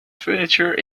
furniture